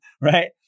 right